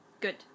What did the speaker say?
Good